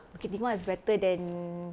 bukit timah is better than